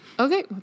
Okay